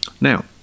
now